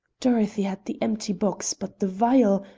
dorothy had the empty box but the vial!